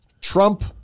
Trump